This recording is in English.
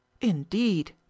Indeed